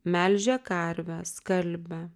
melžia karvę skalbia